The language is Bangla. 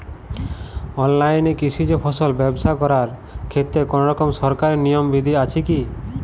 অনলাইনে কৃষিজ ফসল ব্যবসা করার ক্ষেত্রে কোনরকম সরকারি নিয়ম বিধি আছে কি?